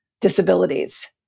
disabilities